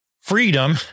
freedom